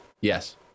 Yes